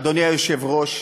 אדוני היושב-ראש,